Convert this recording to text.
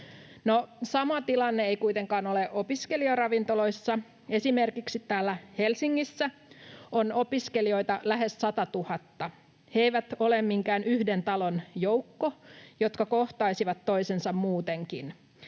sama tilanne ei kuitenkaan ole opiskelijaravintoloissa. Esimerkiksi täällä Helsingissä on opiskelijoita lähes satatuhatta. He eivät ole minkään yhden talon joukko, joka kohtaisi toisensa muutenkin.